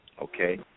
okay